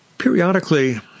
Periodically